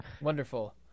Wonderful